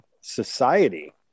society